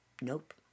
Nope